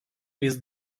vis